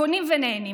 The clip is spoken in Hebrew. קונים ונהנים,